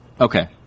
Okay